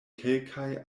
kelkaj